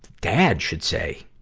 dad should say,